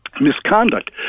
misconduct